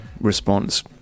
response